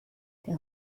der